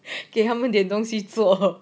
给他们点东西做